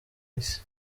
isi